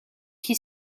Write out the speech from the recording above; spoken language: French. qui